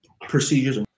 Procedures